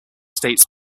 states